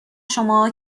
شما